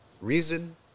reason